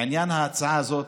לעניין ההצעה הזאת,